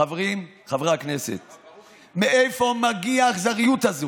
חברים, חברי הכנסת, מאיפה מגיעה האכזריות הזאת?